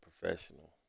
professional